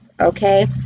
okay